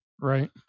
Right